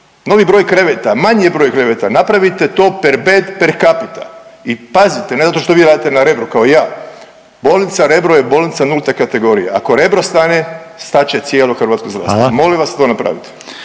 novi broj kreveta, manji broj kreveta, napravite to per pet per capita i pazite ne zato što vi radite na Rebru kao i ja, bolnica Rebro je bolnica nulte kategorije, ako Rebro stane stat će cijelo hrvatsko zdravstvo…/Upadica